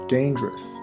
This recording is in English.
Dangerous